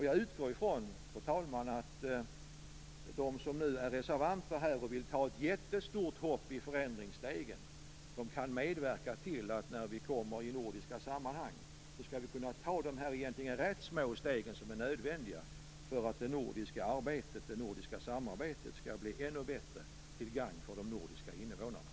Jag utgår, fru talman, från att de som nu är reservanter och vill ta ett jättestort hopp i förändringsstegen, kan medverka till att vi i nordiska sammanhang skall kunna ta de, egentligen rätt små, steg som är nödvändiga för att det nordiska samarbetet skall bli ännu bättre. Det skulle vara till gagn för de nordiska invånarna.